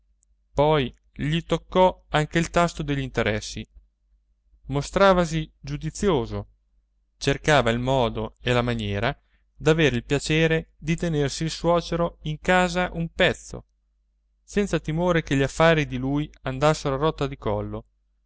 poi gli toccò anche il tasto degli interessi mostravasi giudizioso cercava il modo e la maniera d'avere il piacere di tenersi il suocero in casa un pezzo senza timore che gli affari di lui andassero a rotta di collo